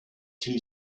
two